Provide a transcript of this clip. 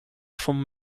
vom